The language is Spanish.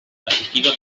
asistido